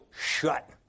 shut